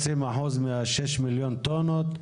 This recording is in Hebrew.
שישה מיליון טון?